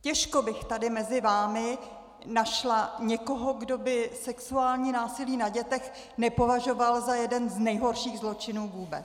Těžko bych tady mezi vámi našla někoho, kdo by sexuální násilí na dětech nepovažoval za jeden z nejhorších zločinů vůbec.